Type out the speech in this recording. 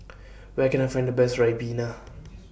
Where Can I Find The Best Ribena